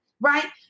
Right